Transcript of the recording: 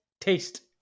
taste